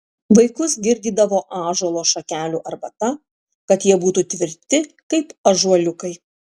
vaikus girdydavo ąžuolo šakelių arbata kad jie būtų tvirti kaip ąžuoliukai